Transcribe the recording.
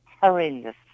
horrendous